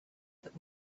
that